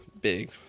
big